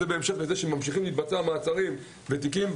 בהמשך לזה שממשיכים להתבצע מעצרים ותיקים.